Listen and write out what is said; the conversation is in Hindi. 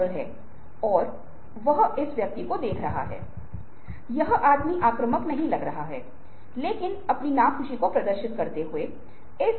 अब हम आगे जो देखते हैं वह संचार के प्रेरक प्रभाव हैं और ये विज्ञापन के संदर्भ में बहुत महत्वपूर्ण हैं